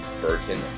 Burton